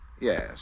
Yes